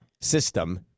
system